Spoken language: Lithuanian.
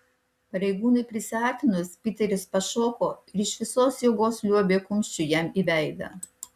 pareigūnui prisiartinus piteris pašoko ir iš visos jėgos liuobė kumščiu jam į veidą